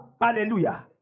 Hallelujah